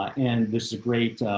and this is a great,